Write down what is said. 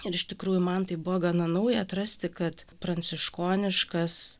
ir iš tikrųjų man tai buvo gana nauja atrasti kad pranciškoniškas